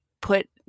put